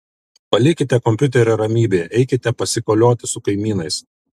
palikite kompiuterį ramybėje eikite pasikolioti su kaimynais